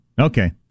Okay